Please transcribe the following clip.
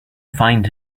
find